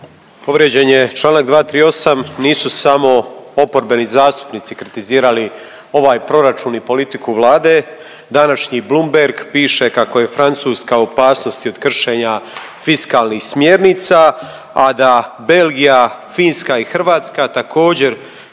Povrijeđen je čl. 238., nisu samo oporbeni zastupnici kritizirali ovaj proračun i politiku Vlade, današnji Blumberg piše kako je Francuska u opasnosti od kršenja fiskalnih smjernica, a da Belgija, Finska i Hrvatska također